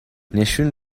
نشون